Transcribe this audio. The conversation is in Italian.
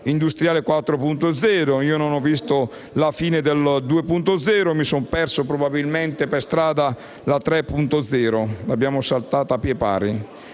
industriale 4.0 e non ho visto la fine della 2.0; mi sono perso probabilmente per strada la 3.0. L'abbiamo saltata a piè pari.